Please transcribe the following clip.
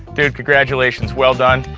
dude congratulations, well done.